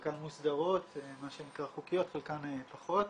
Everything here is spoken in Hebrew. חלקן מוסדרות, מה שנקרא חוקיות, חלקן פחות.